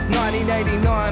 1989